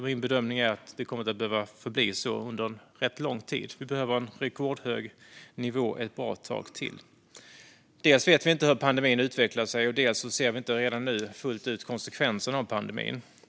Min bedömning är att det kommer att behöva förbli så under lång tid. Vi behöver en rekordhög nivå ett bra tag till. Dels vet vi inte hur pandemin utvecklas, dels ser vi ännu inte konsekvenserna av pandemin fullt ut.